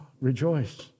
rejoice